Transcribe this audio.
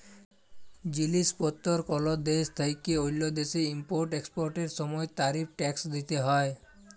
জিলিস পত্তর কল দ্যাশ থ্যাইকে অল্য দ্যাশে ইম্পর্ট এক্সপর্টের সময় তারিফ ট্যাক্স দ্যিতে হ্যয়